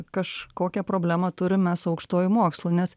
kažkokią problemą turime su aukštuoju mokslu nes